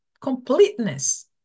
completeness